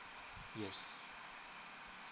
yes